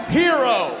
hero